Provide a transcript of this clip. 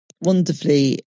wonderfully